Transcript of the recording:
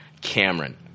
Cameron